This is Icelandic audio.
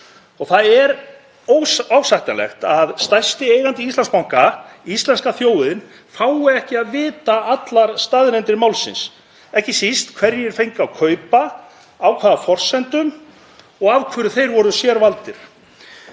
Það er óásættanlegt að stærsti eigandi Íslandsbanka, íslenska þjóðin, fái ekki að vita allar staðreyndir málsins, ekki síst hverjir fengu að kaupa, á hvaða forsendum og af hverju þeir voru sérvaldir.